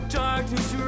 darkness